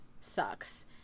sucks